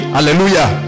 Hallelujah